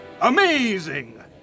amazing